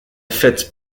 fête